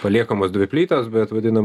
paliekamos dvi plytos bet vadinam